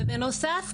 בנוסף,